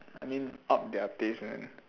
I mean up their taste man